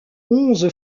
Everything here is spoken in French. onze